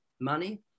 money